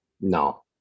No